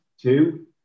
two